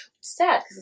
sad